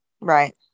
right